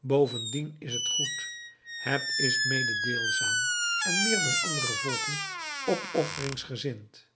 bovendien is het goed het is mededeelzaam en meer dan andere volken opofferingsgezind